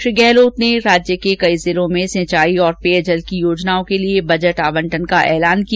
श्री गहलोत ने राज्य के कई जिलों सिंचाई और पेयजल की योजनाओं के लिए बजट आवंटन का ऐलान किया